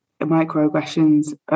microaggressions